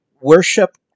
Worship